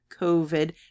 COVID